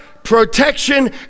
protection